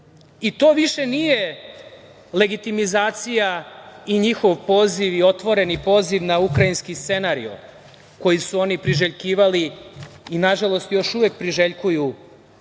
To više nije legitimizacija i njihov poziv, otvoreni poziv na ukrajinski scenariji, koji su oni priželjkivali i, nažalost, još uvek priželjkuju ovde